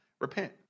repent